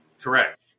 Correct